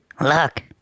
Look